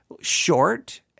short